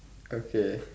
okay